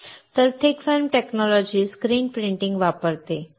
तर thick film तंत्रज्ञान screen printing वापरते